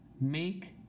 make